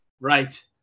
Right